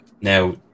now